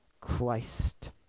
christ